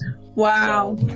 Wow